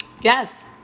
Yes